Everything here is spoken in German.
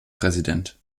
präsident